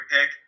pick